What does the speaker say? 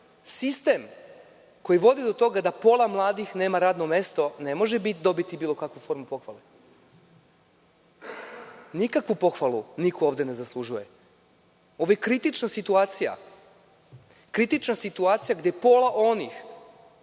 Sistem koji vodi do toga da pola mladih nema radno mesto, ne može biti bilo kakvu formu pohvale. Nikakvu pohvalu niko ovde ne zaslužuje. Ovo je kritična situacija, gde pola onih